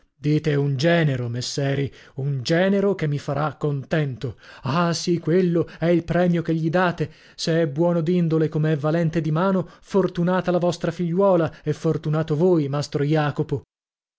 dite un genero messeri un genero che mi farà contento ah sì quello è il premio che gli date se è buono d'indole come è valente di mano fortunata la vostra figliuola e fortunato voi mastro jacopo